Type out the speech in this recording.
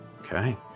Okay